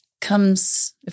comes